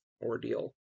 ordeal